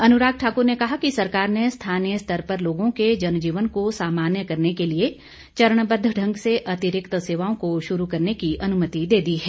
अनुराग ठाकुर ने कहा कि सरकार ने स्थानीय स्तर पर लोगों के जन जीवन को सामान्य करने के लिए चरणबद्व ढंग से अतिरिक्त सेवाओं को शुरू करने की अनुमति दे दी है